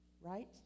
right